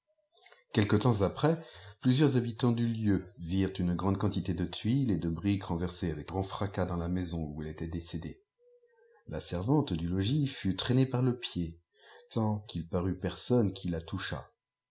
quelque temps après plusieurs habitants du lieu virent une f rande quantité de tuiles et de briques renversées avec grand racasdans la maison où elle était décédée la servante du logjdr fut traînée par le pied sans qu'il parut personne qui la